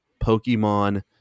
Pokemon